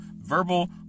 verbal